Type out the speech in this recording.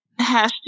hashtag